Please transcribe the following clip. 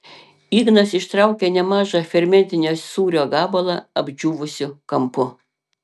ignas ištraukė nemažą fermentinio sūrio gabalą apdžiūvusiu kampu